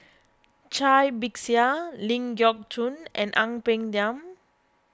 Cai Bixia Ling Geok Choon and Ang Peng Tiam